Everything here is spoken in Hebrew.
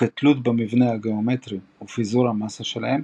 וכתלות במבנה הגאומטרי ופיזור המסה שלהן,